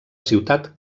ciutat